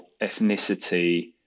ethnicity